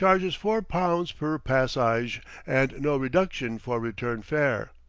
charges four pounds per passyge and no reduction for return fare.